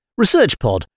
ResearchPod